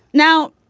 now,